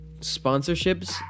sponsorships